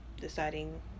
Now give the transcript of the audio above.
deciding